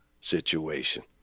situation